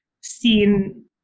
seen